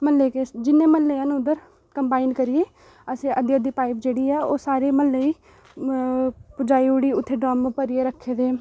म्हल्ले ई जिन्ने म्हल्ले न उद्धर कंबाइन करियै असें अद्धी अद्धी पाइप जेह्ड़ी ऐ ओह् सारे म्हल्ले ई म पजाई ओड़ी उत्थै ड्रम भरियै रक्खे दे न